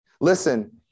Listen